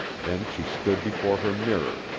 then she stood before her mirror,